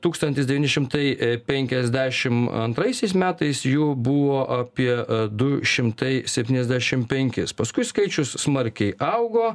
tūkstantis devyni šimtai penkiasdešim antraisiais metais jų buvo apie du šimtai septyniasdešim penkis paskui skaičius smarkiai augo